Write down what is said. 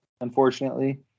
unfortunately